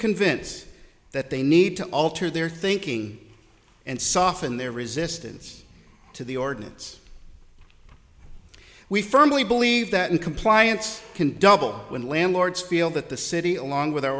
convinced that they need to alter their thinking and soften their resistance to the ordinance we firmly believe that and compliance can double when landlords feel that the city along with our